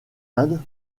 inde